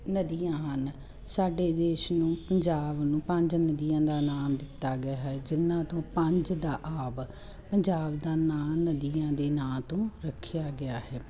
ਨਦੀਆਂ ਹਨ ਸਾਡੇ ਦੇਸ਼ ਨੂੰ ਪੰਜਾਬ ਨੂੰ ਪੰਜ ਨਦੀਆਂ ਦਾ ਨਾਮ ਦਿੱਤਾ ਗਿਆ ਹੈ ਜਿਨ੍ਹਾਂ ਤੋਂ ਪੰਜ ਦਾ ਆਬ ਪੰਜਾਬ ਦਾ ਨਾਂ ਨਦੀਆਂ ਦੇ ਨਾਂ ਤੋਂ ਰੱਖਿਆ ਗਿਆ ਹੈ